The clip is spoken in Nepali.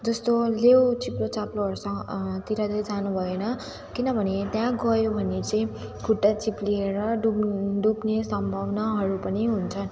जस्तो लेउ चिप्लोचाप्लोहरूसँग तिर चाहिँ जानु भएन किनभने त्यहाँ गयो भने चाहिँ खुट्टा चिप्लिएर डुब् डुब्ने सम्भावनाहरू पनि हुन्छन्